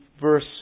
verse